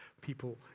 people